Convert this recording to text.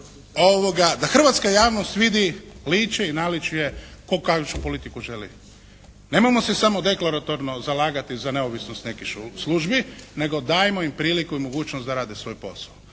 da hrvatska javnost vidi lice i naličje tko kakvu politiku želi. Nemojmo se samo deklaratorno zalagati za neovisnost nekih službi nego dajmo im priliku i mogućnost da rade svoj posao.